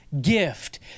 gift